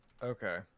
Okay